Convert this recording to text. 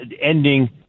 ending